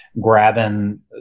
grabbing